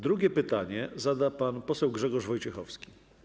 Drugie pytanie zada pan poseł Grzegorz Wojciechowski.